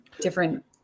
different